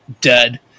Dead